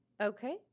Okay